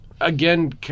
Again